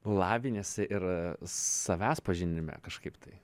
laviniesi ir savęs pažinime kažkaip tai